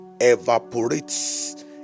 evaporates